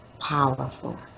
powerful